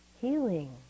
healing